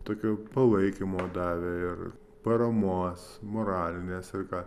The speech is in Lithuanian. tokio palaikymo davė ir paramos moralinės ir ką